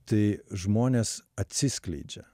tai žmonės atsiskleidžia